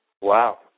Wow